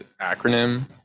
acronym